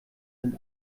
sind